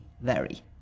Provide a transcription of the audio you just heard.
vary